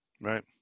right